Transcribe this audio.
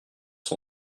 son